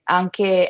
anche